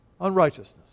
unrighteousness